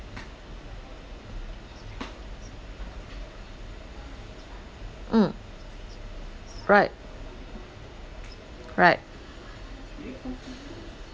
mm right right